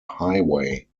highway